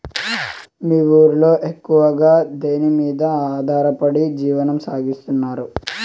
మీ ఊరిలో ఎక్కువగా దేనిమీద ఆధారపడి జీవనం సాగిస్తున్నారు?